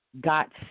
Got